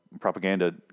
propaganda